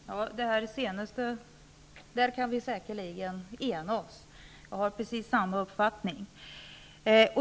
Fru talman! Om det som statsrådet avslutade med kan vi säkert vara eniga. Jag har precis samma uppfattning.